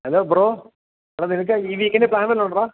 hello bro എടാ നിനക്ക് ഈ വീക്കെൻഡ് പ്ലാൻ വല്ലതുമുണ്ടോ എടാ